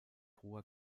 hoher